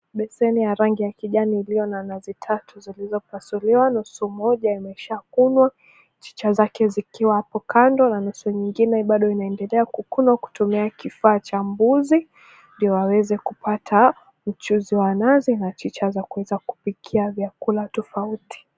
Beseni ya rangi ya kijani iliyo na nazi tatu zilizopasuliwa, nusu moja imeshakunywa. Chicha zake zikiwa hapo kando na nusu nyingine bado inaendelea kukunwa kutumia kifa cha mbuzi ndio aweze kupata mchuzi wa nazi na chicha za kuweza kupikia vyakula tofauti.